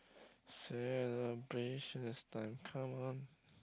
celebration time come on